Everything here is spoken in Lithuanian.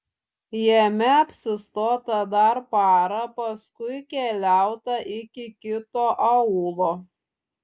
jame apsistota dar parą paskui keliauta iki kito aūlo